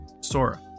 Sora